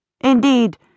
Indeed